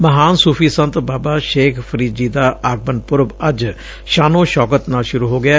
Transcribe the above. ਮਹਾਨ ਸੁਫੀ ਸੰਤ ਬਾਬਾ ਸੇਖ ਫਰੀਦ ਜੀ ਦਾ ਆਗਮਨ ਪੁਰਬ ਅੱਜ ਸ਼ਾਨੋ ਸੌਕਤ ਨਾਲ ਸ਼ੁਰੁ ਹੋ ਗਿਐ